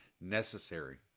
necessary